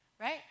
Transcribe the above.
right